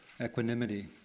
equanimity